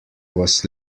was